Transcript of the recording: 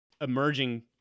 Emerging